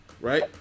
right